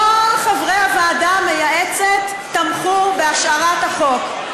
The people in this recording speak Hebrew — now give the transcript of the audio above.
כל חברי הוועדה המייעצת תמכו בהשארת החוק.